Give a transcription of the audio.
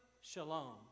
Shalom